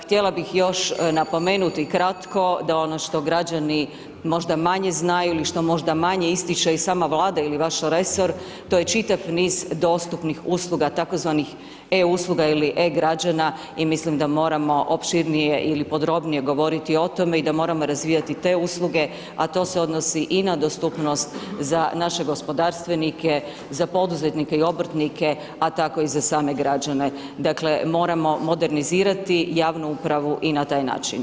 Htjela bi još napomenuti kratko da ono što građani možda manje znaju ili što možda manje ističe i sama Vlada ili vaš resor, to je čitav niz dostupnih usluga tzv. e- usluga ili e-građana i mislim da moramo opširnije ili podrobnije govoriti o tome i da moramo razvijati te usluge, a to se odnosi i na dostupnost za naše gospodarstvenike, za poduzetnike i obrtnike, a tako i za same građane, dakle, moramo modernizirati javnu upravu i na taj način.